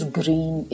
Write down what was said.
green